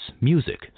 music